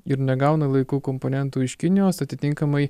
ir negauna laiku komponentų iš kinijos atitinkamai